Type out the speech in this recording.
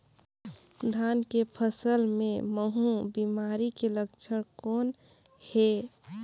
धान के फसल मे महू बिमारी के लक्षण कौन हे?